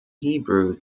hebrew